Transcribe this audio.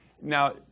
now